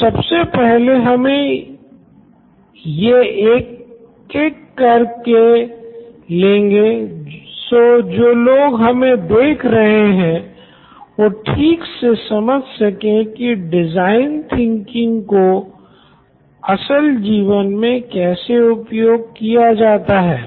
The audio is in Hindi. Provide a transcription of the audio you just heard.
तो सबसे पहले हम ये एक एक कर के लेंगे सो जो लोग हमे देख रहे है वो ठीक से समझ सके की डिज़ाइन थिंकिंग को असल जीवन मे कैसे उपयोग किया जाता है